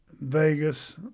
Vegas